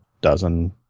dozen